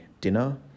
dinner